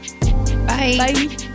Bye